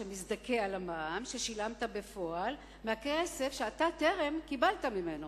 שמזדכה על המע"מ ששילמת בפועל מהכסף שאתה טרם קיבלת ממנו.